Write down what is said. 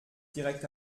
direkt